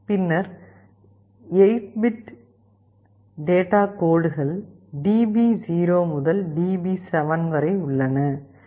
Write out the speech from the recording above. பின்னர் 8 டேட்டா கோடுகள் DB0 முதல் DB7 வரை உள்ளன